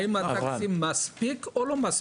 האם התקציב מספיק או לא מספיק.